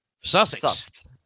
sussex